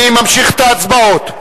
אני ממשיך את ההצבעות.